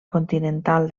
continental